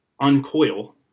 uncoil